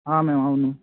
ma'am అవును